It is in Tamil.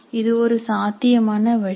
இது ஒரு சாத்தியமான வழி